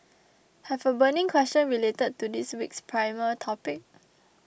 have a burning question related to this week's primer topic